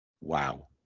Wow